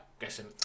guessing